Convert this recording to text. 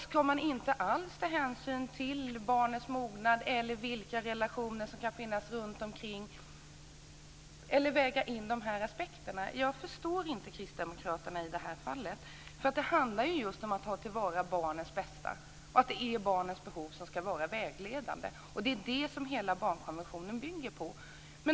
Ska man inte alls ta hänsyn till barnets mognad eller vilka relationer som kan finnas runt barnet? Jag förstår inte Kristdemokraterna i det här fallet, för det handlar ju just om att ta till vara barnets bästa och att barnets behov ska vara vägledande. Det är det som hela barnkonventionen bygger på.